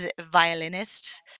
violinist